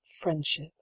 friendship